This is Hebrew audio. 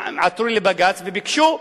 עתרו לבג"ץ וביקשו